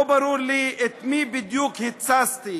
לא ברור לי את מי בדיוק התססתי.